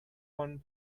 one